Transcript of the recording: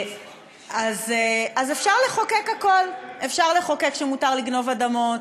אז אפשר לחוקק הכול: אפשר לחוקק שמותר לגנוב אדמות,